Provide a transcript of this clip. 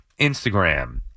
Instagram